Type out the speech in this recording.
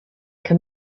can